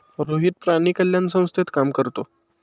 रोहित प्राणी कल्याण संस्थेत काम करतो